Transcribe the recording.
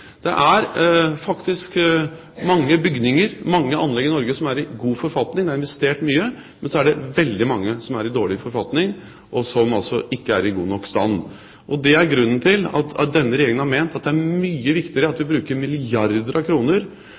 Det er faktisk mange bygninger, mange anlegg i Norge, som er i god forfatning, hvor det er investert mye, men så er det veldig mange som er i dårlig forfatning, og som altså ikke er i god nok stand. Det er grunnen til at denne regjeringen har ment at det er mye viktigere at vi bruker milliarder av kroner